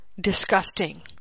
Disgusting